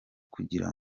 kugira